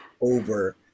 over